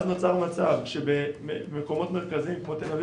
אז נוצר מצב שבמקומות מרכזיים כמו תל אביב